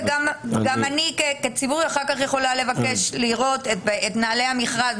וגם אני כציבור אחר כך יכולה לבקש לראות את נוהלי המכרז,